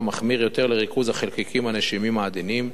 מחמיר יותר לריכוז החלקיקים הנשימים העדינים,